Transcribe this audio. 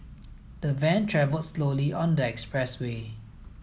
the van travelled slowly on the expressway